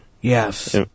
Yes